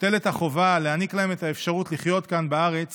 מוטלת החובה להעניק להם את האפשרות לחיות כאן בארץ